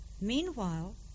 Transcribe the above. Meanwhile